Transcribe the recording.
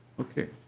okay.